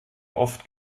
oft